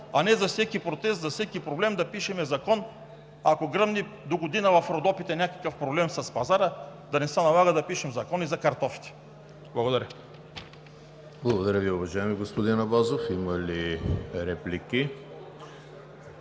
а не за всеки протест, за всеки проблем да пишем закон! Ако гръмне догодина в Родопите някакъв проблем с пазара, да не се налага да пишем и закон за картофите! Благодаря. ПРЕДСЕДАТЕЛ ЕМИЛ ХРИСТОВ: Благодаря Ви, уважаеми господин Абазов. Има ли реплики?